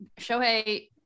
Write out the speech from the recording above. Shohei